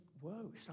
whoa